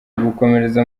gukomereza